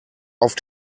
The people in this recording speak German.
auf